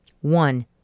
One